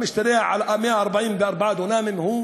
המשתרע על 144 דונמים, הוא